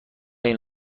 این